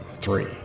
three